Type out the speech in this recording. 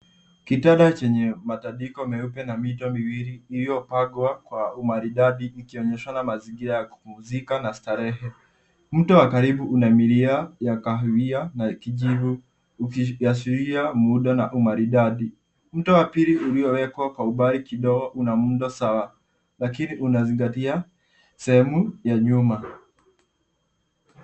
Kitanda chenye matandiko meupe na mito miwili iliyopangwa kwa umaridadi ikionyeshana mazingira ya kupumzika na starehe. Mto wa karibu una milia ya kahawia na kijivu ukiashiria muundo na umaridadi. Mto wa pili uliowekwa kwa umbali kidogo una muundo sawa lakini unazingatia sehemu ya nyuma.